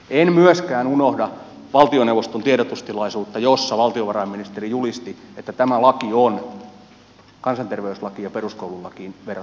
en myöskään unohda valtioneuvoston tiedotustilaisuutta jossa valtiovarainministeri julisti että tämä laki on kansanterveyslakiin ja peruskoululakiin verrattava uudistus